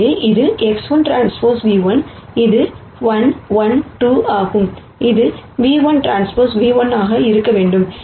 எனவே இது XTν₁ இது 1 1 2 ஆகும் இது ν₁Tν₁ ஆக இருக்க வேண்டும்